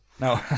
No